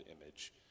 image